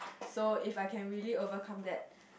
so if I can really overcome that